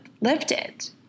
lifted